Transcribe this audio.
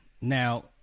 now